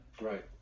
Right